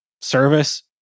service